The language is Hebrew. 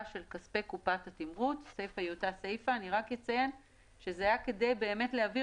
של כספי קופת התמרוץ." אציין רק שזה היה כדי להבהיר,